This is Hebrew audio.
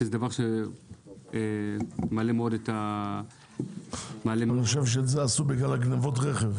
שזה דבר שמעלה מאוד את ה --- אני חושב שאת זה עשו בגלל גניבות הרכב,